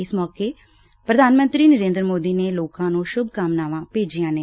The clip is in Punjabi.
ਇਸ ਮੌਕੇ ਪ੍ਰਧਾਨ ਮੰਤਰੀ ਨਰੇਦਰ ਮੌਦੀ ਨੇ ਲੋਕਾਂ ਨੁੰ ਸੁੱਭਕਾਮਨਾਵਾਂ ਭੇਜੀਆਂ ਨੇ